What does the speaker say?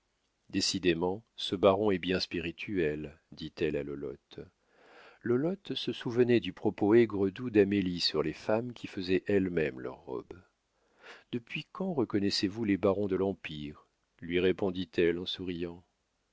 décidément ce baron est bien spirituel dit-elle à lolotte lolotte se souvenait du propos aigre doux d'amélie sur les femmes qui faisaient elles-mêmes leurs robes depuis quand reconnaissez-vous les barons de l'empire lui répondit-elle en souriant